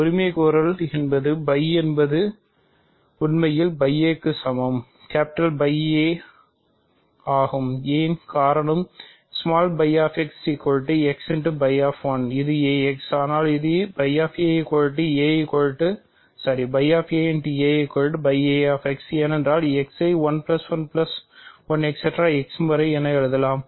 உரிமைகோரல் என்பது φ என்பது உண்மையில் க்கு சமம் Φx இது ax ஆனால் இது φ a ஏனென்றால் x ஐ 1 1 1 என எழுதலாம்